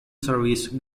service